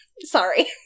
Sorry